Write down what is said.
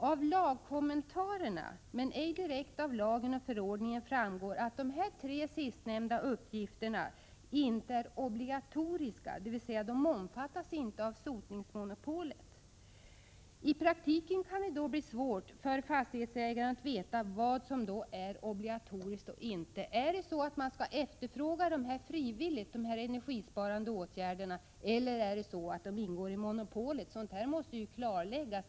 Av lagkommentarerna, men ej direkt av lagen och förordningen, framgår att de tre sistnämnda uppgifterna inte är obligatoriska, dvs. de omfattas inte av sotningsmonopolet. I praktiken kan det då bli svårt för fastighetsägaren att veta vad som är obligatoriskt och vad som inte är det. Är det så att de skall efterfråga dessa energisparande åtgärder frivilligt eller ingår de i monopolet? Sådant måste klarläggas.